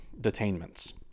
detainments